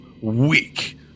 weak